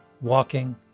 walking